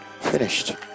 Finished